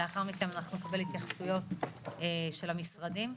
לאחר מכן אנחנו נקבל התייחסויות של המשרדים.